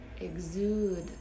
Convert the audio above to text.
exude